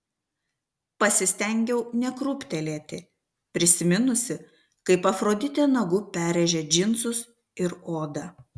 pasistengiau nekrūptelėti prisiminusi kaip afroditė nagu perrėžė džinsus ir odą